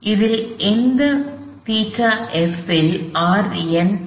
இதில் எந்த ϴf இல் Rn என்பது 0 ஆகிறது